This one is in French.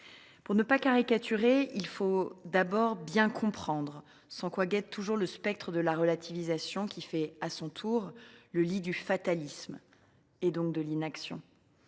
Pour ne pas caricaturer, il faut d’abord bien comprendre, sans quoi guette toujours le spectre de la relativisation, qui, à son tour, fait le lit du fatalisme et donc de l’inaction.